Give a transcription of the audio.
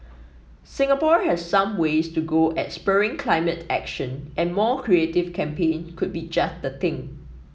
Singapore has some ways to go at spurring climate action and more creative campaign could be just the thing